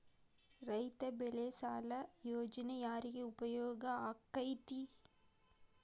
ರೈತ ಬೆಳೆ ಸಾಲ ಯೋಜನೆ ಯಾರಿಗೆ ಉಪಯೋಗ ಆಕ್ಕೆತಿ?